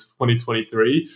2023